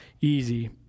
easy